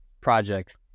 project